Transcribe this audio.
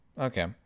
okay